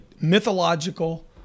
mythological